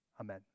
Amen